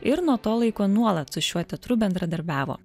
ir nuo to laiko nuolat su šiuo teatru bendradarbiavo